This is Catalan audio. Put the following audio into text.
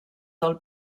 del